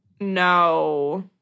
No